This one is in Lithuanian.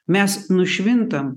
mes nušvintam